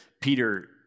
Peter